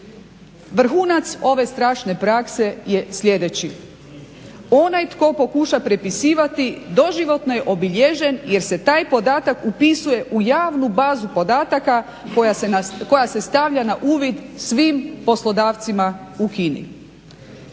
Vrhunac ove strašne prakse je sljedeći. Onaj tko pokuša prepisivati doživotno je obilježen, jer se taj podatak upisuje u javnu bazu podataka koja se stavlja na uvid svim poslodavcima u Kini.